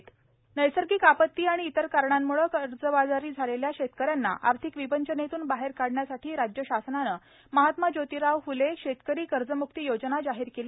कर्जम्क्ती योजना नैसर्गिक आपत्ती आणि इतर कारणांमुळे कर्जबाजारी झालेल्या शेतकऱ्यांना आर्थिक विवंचनेतून बाहेर काढण्याठी राज्य शासनाने महात्मा जोतिराव फुले शेतकरी कर्जमुक्ती योजना जाहीर केली